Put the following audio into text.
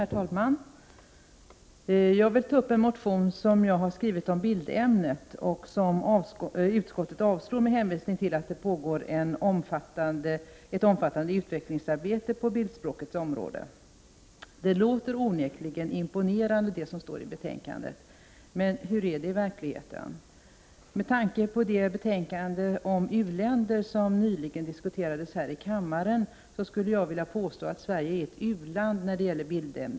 Herr talman! Jag vill ta upp en motion som jag skrivit om bildämnet och som utskottet avstyrker med hänvisning till att det pågår ett omfattande utvecklingsarbete på bildspråkets område. Det låter onekligen imponerande, det som står i betänkandet. Men hur är det i verkligheten? Med tanke på det betänkande om u-länder som diskuterades alldeles nyss här i kammaren, skulle jag vilja påstå att Sverige är ett u-land när det gäller bildämnet.